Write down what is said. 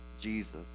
Jesus